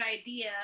idea